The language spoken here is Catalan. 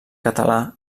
català